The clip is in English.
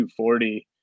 240